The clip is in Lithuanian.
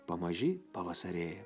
pamaži pavasarėja